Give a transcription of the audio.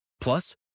Plus